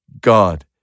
God